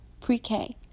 pre-K